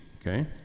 Okay